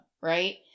right